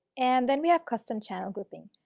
and then we have custom channel grouping.